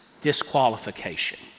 disqualification